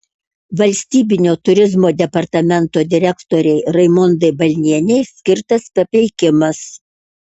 valstybinio turizmo departamento direktorei raimondai balnienei skirtas papeikimas